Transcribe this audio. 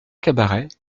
cabaret